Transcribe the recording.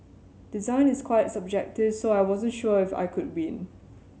design is quite subjective so I wasn't sure if I could win